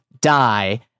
Die